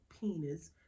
penis